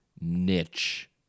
niche